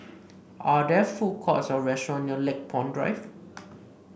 are there food courts or restaurants near Lakepoint Drive